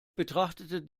betrachtet